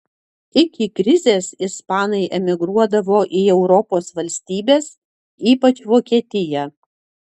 iki krizės ispanai emigruodavo į europos valstybes ypač vokietiją